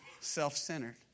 self-centered